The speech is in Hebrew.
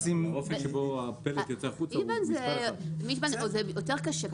IBAN זה יותר קשה.